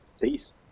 Peace